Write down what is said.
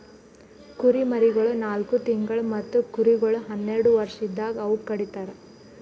ಕುರಿಮರಿಗೊಳ್ ನಾಲ್ಕು ತಿಂಗುಳ್ ಮತ್ತ ಕುರಿಗೊಳ್ ಹನ್ನೆರಡು ವರ್ಷ ಇದ್ದಾಗ್ ಅವೂಕ ಕಡಿತರ್